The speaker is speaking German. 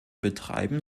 betreiben